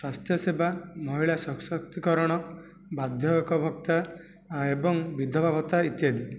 ସ୍ୱାସ୍ଥ୍ୟ ସେବା ମହିଳା ସଶକ୍ତିକରଣ ବାର୍ଦ୍ଧକ୍ୟ ଭତ୍ତା ଏବଂ ବିଧବା ଭତ୍ତା ଇତ୍ୟାଦି